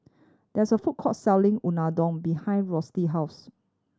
there is a food court selling Unadon behind house